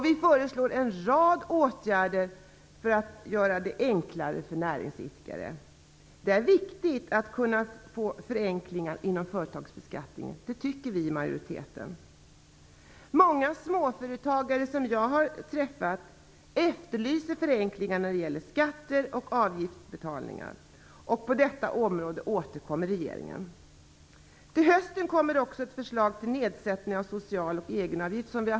Vi föreslår en rad åtgärder för att göra det enklare för näringsidkare. Det är viktigt att kunna få förenklingar inom företagsbeskattningen, det tycker vi i majoriteten. Många småföretagare jag träffat efterlyser förenklingar när det gäller skatte och avgiftsbetalningar, och på detta område återkommer regeringen. Till hösten kommer också förslag till nedsättning av social och egenavgifterna.